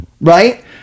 right